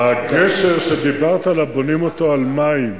הגשר שדיברת עליו, בונים אותו על מים.